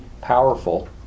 powerful